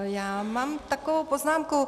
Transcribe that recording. Já mám takovou poznámku.